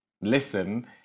listen